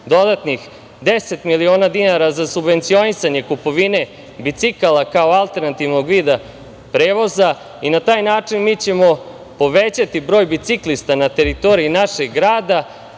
dodatnih deset miliona dinara za subvencionisanje kupovine bicikala kao alternativnog vida prevoza i na taj način mi ćemo povećati broj biciklista na teritoriji našeg grada,